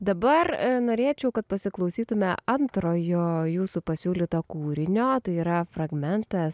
dabar norėčiau kad pasiklausytume antrojo jūsų pasiūlyto kūrinio tai yra fragmentas